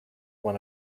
one